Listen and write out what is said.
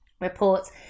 reports